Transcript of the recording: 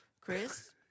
Chris